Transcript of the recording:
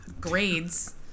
grades